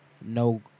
no